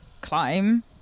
climb